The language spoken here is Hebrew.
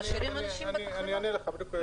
אני אענה לך.